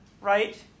right